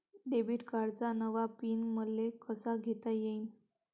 Debit कार्डचा नवा PIN मले कसा घेता येईन?